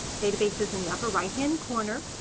databases in the upper right-hand corner